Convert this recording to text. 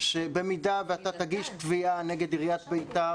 שבמידה ואתה תגיש תביעה נגד עיריית ביתר,